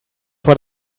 what